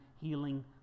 healing